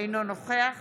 אינו נוכח